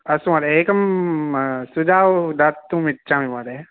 अस्तु महोदय एकं सुजाव् दातुम् इच्छामि महोदय